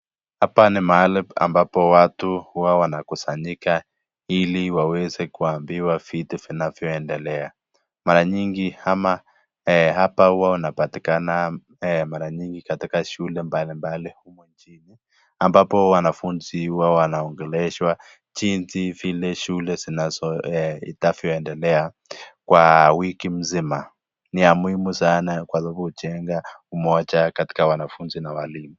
Hapa ni mahali ambapo watu huwa wanakusanyika ili waweze kuambiwa vitu vinavyoendelea. Mara nyingi ama hapa huwa inapatikana mara nyingi katika shule mbalimbali nchini ambapo wanafunzi huwa wanaongeleshwa jinsi vile shule zinazo itavyo endelea kwa wiki mzima. Ni ya muhimu sana kwa sababu hujenga umoja katika wanafunzi na walimu.